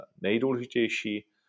nejdůležitější